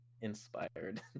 inspired